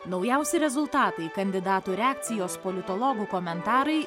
naujausi rezultatai kandidatų reakcijos politologų komentarai